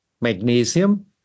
magnesium